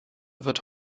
wird